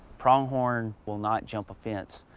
pronghorn will not jump a fence.